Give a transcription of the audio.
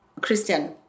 christian